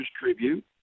tribute